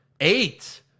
eight